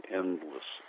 endless